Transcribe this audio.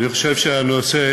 אני חושב שהנושא,